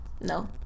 No